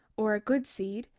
or a good seed,